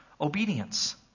obedience